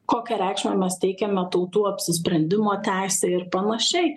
kokią reikšmę mes teikiame tautų apsisprendimo teisei ir panašiai